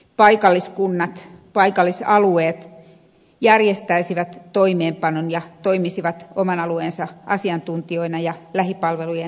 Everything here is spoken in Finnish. paikalliskunnat paikallisalueet järjestäisivät toimeenpanon ja toimisivat oman alueensa asiantuntijoina ja lähipalvelujen koordinoijina